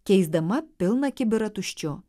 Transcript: keisdama pilną kibirą tuščiu